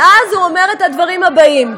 המליאה.) ואז הוא אומר את הדברים הבאים: